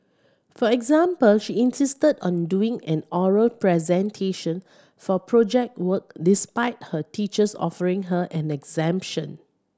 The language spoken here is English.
for example she insisted on doing an oral presentation for Project Work despite her teachers offering her an exemption